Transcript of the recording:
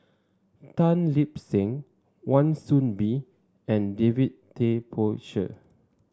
Tan Lip Seng Wan Soon Bee and David Tay Poey Cher